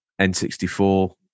N64